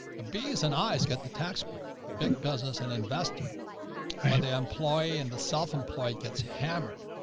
the b's and i's got the tax break, the big business and investor and they employ and the self-employed gets hammered.